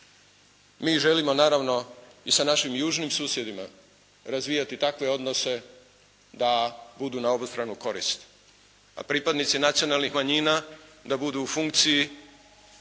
mi želimo naravno i sa našim južnim susjedima razvijati takve odnose da budu na obostranu korist, a pripadnici nacionalnih manjina da budu u funkciji